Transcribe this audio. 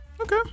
Okay